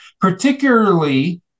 particularly